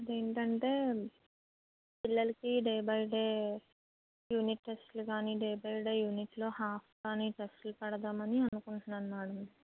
అది ఏంటంటే పిల్లలకి డే బై డే యూనిట్ టెస్ట్లు కానీ డే బై డే యూనిట్లో హాఫ్ కానీ టెస్టులు పెడదామని అనుకుంటున్నాను మేడమ్